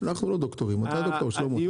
אנחנו לא דוקטורים, אתה דוקטור, שלמה.